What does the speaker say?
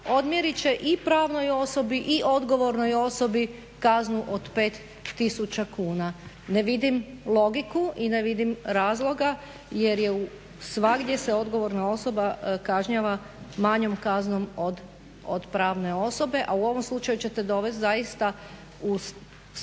odmjerit će i pravnoj osobi i odgovornoj osobi kaznu od 5 tisuća kuna. Ne vidim logiku i ne vidim razloga jer svagdje se odgovorna osoba kažnjava manjom kaznom od pravne osobe, a u ovom slučaju ćete dovesti zaista suca